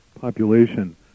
population